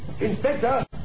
Inspector